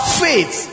faith